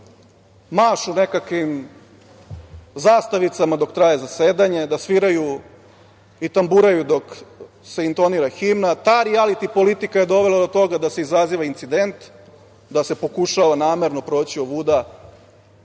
mašu nekakvim zastavicama dok traje zasedanje, da sviraju i tamburaju dok se intonira himna. Ta rijaliti politika je dovela do toga da se izaziva incident, da se pokušava namerno proći ovuda,